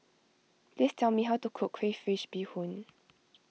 please tell me how to cook Crayfish BeeHoon